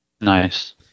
Nice